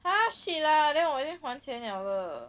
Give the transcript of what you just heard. !huh! shit lah then 我已经还钱了